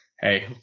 hey